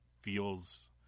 feels